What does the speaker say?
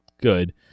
good